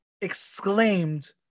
exclaimed